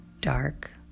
dark